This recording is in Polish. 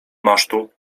masztu